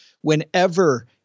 whenever